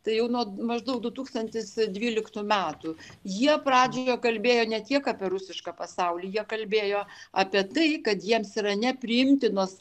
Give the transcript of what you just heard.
tai jau nuo maždaug du tūkstantis dvyliktų metų jie pradžioje kalbėjo ne tiek apie rusišką pasaulį jie kalbėjo apie tai kad jiems yra nepriimtinos